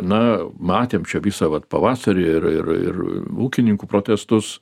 na matėm čia visą vat pavasarį ir ir ir ūkininkų protestus